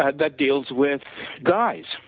that that deals with guys,